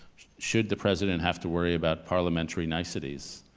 should the president have to worry about parliamentary niceties?